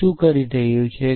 તે શું કરે છે